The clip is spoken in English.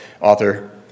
author